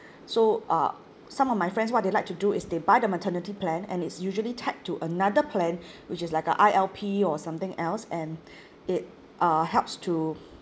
so uh some of my friends what they like to do is they buy the maternity plan and it's usually tagged to another plan which is like a I_L_P or something else and it uh helps to